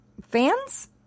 fans